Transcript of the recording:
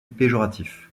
péjoratif